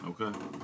Okay